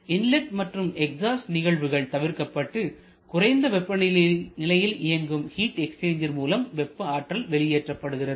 inlet மற்றும் exhaust நிகழ்வுகள் தவிர்க்கப்பட்டு குறைந்த வெப்பநிலையில் இயங்கும் ஹீட் எக்ஸ்சேஞ்சர் மூலம் வெப்ப ஆற்றல் வெளியேற்றப்படுகிறது